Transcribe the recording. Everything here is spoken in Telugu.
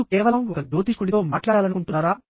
మీరు కేవలం ఒక జ్యోతిష్కుడితో మాట్లాడాలనుకుంటున్నారా